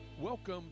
Welcome